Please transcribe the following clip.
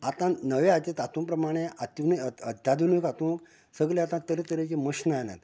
आता नव्या हाचे तातूं प्रमाणें आधुनीक हातूंक सगळें आतां तरतरचे मश्नां आयल्यात